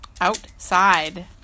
Outside